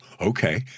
okay